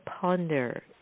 ponder